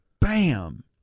bam